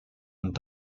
und